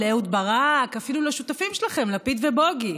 לאהוד ברק, אפילו לשותפים שלכם, לפיד ובוגי?